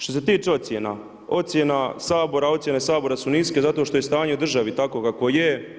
Što se tiče ocjena, ocjene Sabora su niske zato što je stanje u državi takvo kakvo je.